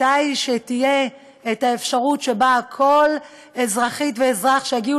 כאשר תהיה אפשרות שכל אזרחית ואזרח יגיעו